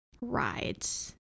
rides